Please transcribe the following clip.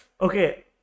Okay